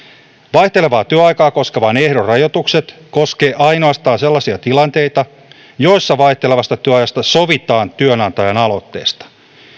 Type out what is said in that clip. vaihtelevaa työaikaa koskevan ehdon rajoitukset koskevat ainoastaan sellaisia tilanteita joissa vaihtelevasta työajasta sovitaan työnantajan aloitteesta